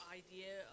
idea